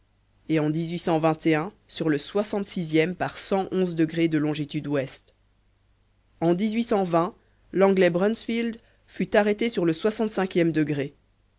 et en sur le soixante sixième par de longitude ouest en l'anglais brunsfield fut arrêté sur le soixante cinquième degré